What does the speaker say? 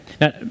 Now